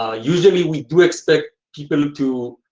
ah usually we do expect people to